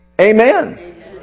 Amen